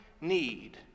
need